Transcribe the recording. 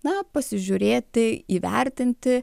na pasižiūrėti įvertinti